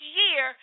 year